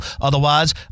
otherwise